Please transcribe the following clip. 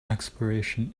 exploration